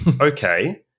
Okay